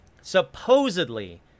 supposedly